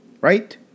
right